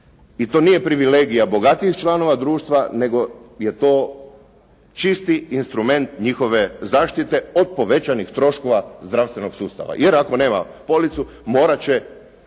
I to nije privilegija bogatijih članova društva, nego je to čisti instrument njihove zaštite od povećanih troškova zdravstvenog sustava. Jer ako nema policu, morat će